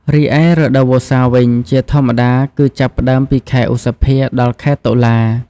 រីឯរដូវវស្សាវិញ ជាធម្មតាគឺចាប់ផ្ដើមពីខែឧសភា ដល់ខែតុលា។